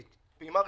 רביעית,